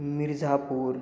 Mirzapur